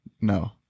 No